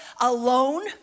alone